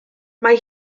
mae